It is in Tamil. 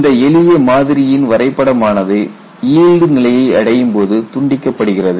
இந்த எளிய மாதிரியின் வரைபடம் ஆனது ஈல்டு நிலையை அடையும்போது துண்டிக்கப்படுகிறது